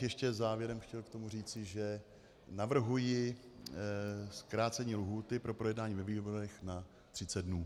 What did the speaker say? Ještě závěrem bych chtěl k tomu říci, že navrhuji zkrácení lhůty pro projednání ve výborech na 30 dnů.